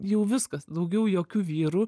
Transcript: jau viskas daugiau jokių vyrų